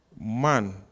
Man